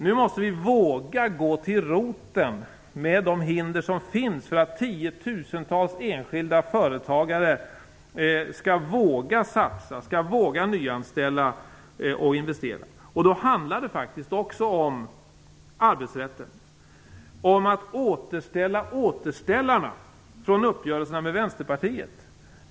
Nu måste vi våga gå till roten med de hinder som finns för att tiotusentals enskilda företagare skall våga satsa, skall våga nyanställa och investera. Då handlar det faktiskt också om arbetsrätten och om att återställa återställarna från uppgörelserna med Vänsterpartiet.